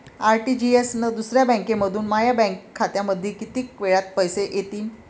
RTGS न दुसऱ्या बँकेमंधून माया बँक खात्यामंधी कितीक वेळातं पैसे येतीनं?